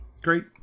Great